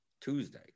Tuesday